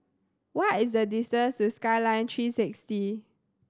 what is the distance to Skyline Three Sixty